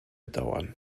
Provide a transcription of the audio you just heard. dauern